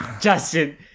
Justin